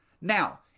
Now